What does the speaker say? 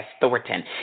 Thornton